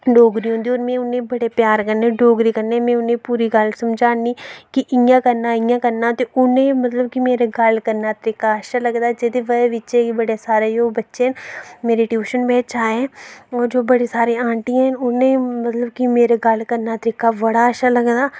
डोगरी में उनेंगी बड़े प्यार कन्नै डोगरी च गल्ल समझानी इयां करना कि इयां करना उनें मेरे गल्ल करनें दा तरीका मतलव कि बड़ा अच्छा लगदा जेह्दी बजाह् कन्नै जेह्ड़े बच्चे मेरी टयूशन बिच्च आए और जो बड़ियां सारियां आंदियां न उनेंगी मेरा गल्ल करने दा तरीका बड़ा अच्छा लगदा